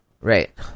Right